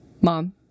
Mom